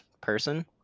person